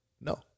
No